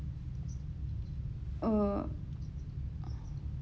uh